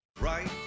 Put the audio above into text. right